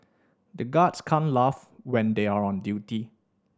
the guards can't laugh when they are on duty